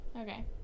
Okay